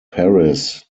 paris